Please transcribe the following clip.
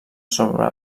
sobre